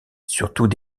surtout